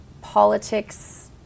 politics